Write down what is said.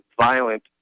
violent